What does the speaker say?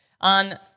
On